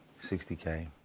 60K